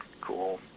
cool